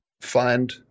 find